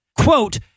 quote